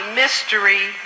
mystery